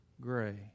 gray